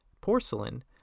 porcelain